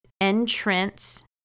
entrance